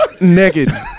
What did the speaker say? Naked